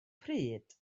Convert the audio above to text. pryd